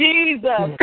Jesus